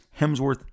Hemsworth